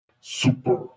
Super